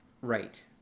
right